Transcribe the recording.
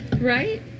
Right